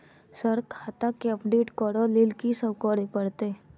Sir खाता केँ update करऽ लेल की सब करै परतै?